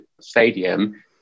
stadium